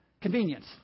Convenience